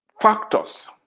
factors